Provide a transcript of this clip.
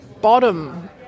bottom